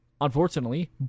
unfortunately